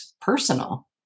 personal